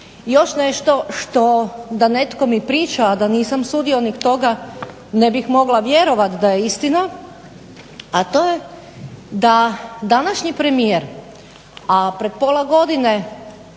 Još nešto što da netko mi priča, a da nisam sudionik toga ne bih mogla vjerovat da je istina, a to je da današnji premijer, a pred pola godine